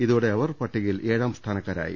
ഇതോടെ അവർ പട്ടികയിൽ ഏഴാം സ്ഥാനക്കാരായി